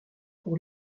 pour